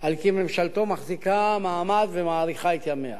על כי ממשלתו מחזיקה מעמד ומאריכה את ימיה.